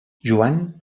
joan